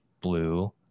blue